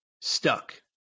stuck